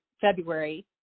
February